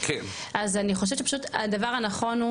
אז אני חושבת שפשוט הדבר הנכון הוא